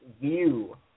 view